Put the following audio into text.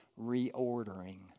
reordering